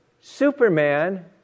Superman